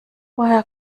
woher